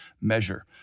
measure